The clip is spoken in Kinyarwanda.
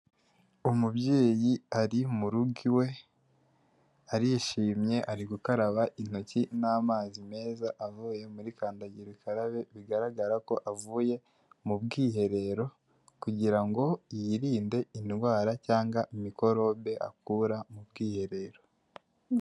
Umubyeyi ari mu rugo iwe, arishimye, ari gukaraba intoki n'amazi meza avuye muri kandagira ukarabe bigaragara ko avuye mu bwiherero kugira ngo yirinde indwara cyangwa mikorobe akura mu bwiherero.